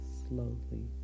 slowly